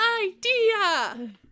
idea